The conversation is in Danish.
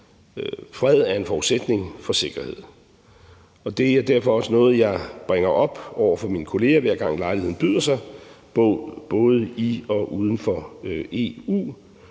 Fred er en forudsætning for sikkerhed, og det er derfor også noget, som jeg bringer op over for mine kolleger, hver gang lejligheden byder sig, både i og uden for EU,